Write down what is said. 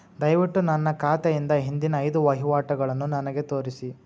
ದಯವಿಟ್ಟು ನನ್ನ ಖಾತೆಯಿಂದ ಹಿಂದಿನ ಐದು ವಹಿವಾಟುಗಳನ್ನು ನನಗೆ ತೋರಿಸಿ